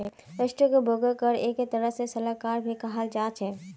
stock ब्रोकरक एक तरह से सलाहकार भी कहाल जा छे